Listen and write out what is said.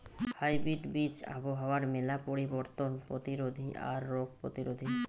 hybrid বীজ আবহাওয়ার মেলা পরিবর্তন প্রতিরোধী আর রোগ প্রতিরোধী